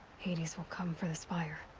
hades will come for the spire.